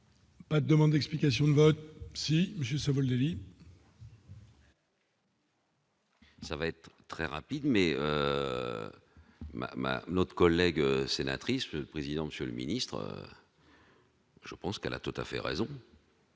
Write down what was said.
Pas de demande d'explications de vote, si j'ai Savoldelli. ça va être très rapide, mais l'autre collègue sénatrice président, Monsieur le Ministre. Je pense qu'elle a tout à fait raison.